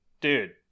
Dude